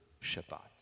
Shabbat